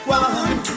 one